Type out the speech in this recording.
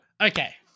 okay